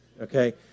okay